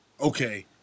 okay